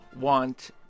want